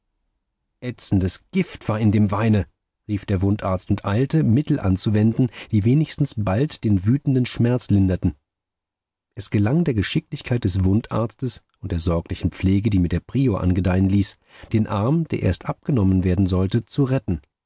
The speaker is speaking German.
ätzendes gift war in dem weine rief der wundarzt und eilte mittel anzuwenden die wenigstens bald den wütenden schmerz linderten es gelang der geschicklichkeit des wundarztes und der sorglichen pflege die mir der prior angedeihen ließ den arm der erst abgenommen werden sollte zu retten